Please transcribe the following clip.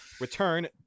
return